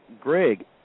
Greg